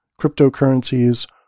cryptocurrencies